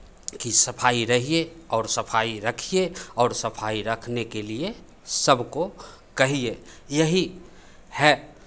कि सफाई रहिए और सफाई रखिए और सफाई रखने के लिए सबको कहिए यही है